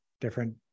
different